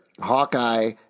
Hawkeye